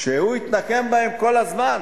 שהתנקם בהם כל הזמן